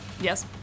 Yes